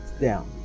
down